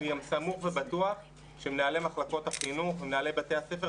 אני סמוך ובטוח שמנהלי מחלקות החינוך ומנהלי בתי הספר,